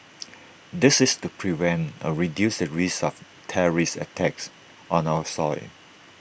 this is to prevent or reduce the risk of terrorist attacks on our soil